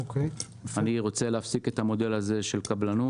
אני רוצה להפסיק את המודל של קבלנות.